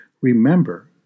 Remember